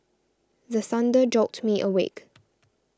the thunder jolt me awake